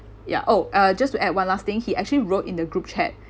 ya oh uh just to add one last thing he actually wrote in the group chat